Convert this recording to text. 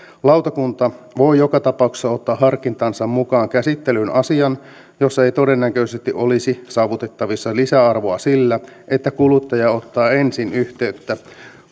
lautakunta voi joka tapauksessa ottaa harkintansa mukaan käsittelyyn asian jossa ei todennäköisesti olisi saavutettavissa lisäarvoa sillä että kuluttaja ottaa ensin yhteyttä